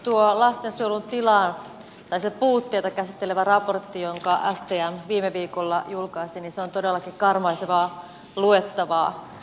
tuo lastensuojelun tilaa tai sen puutteita käsittelevä raportti jonka stm viime viikolla julkaisi on todellakin karmaisevaa luettavaa